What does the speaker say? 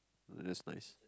that's nice